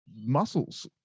muscles